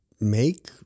make